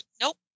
Nope